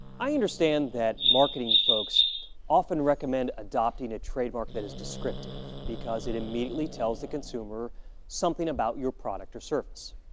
i understand that marketing folks often recommend adopting a trademark that is descriptive because it immediately tells the consumer something about your product or service.